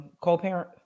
co-parent